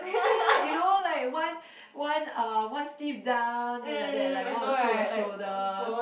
you know like one one uh one sleeve down then like that like want to show the shoulders